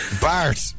Bart